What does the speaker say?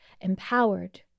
empowered